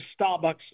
Starbucks